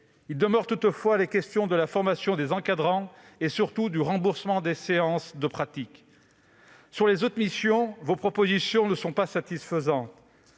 si des interrogations demeurent sur la formation des encadrants et, surtout, sur le remboursement des séances de pratiques. Sur les autres missions, vos propositions ne sont pas satisfaisantes.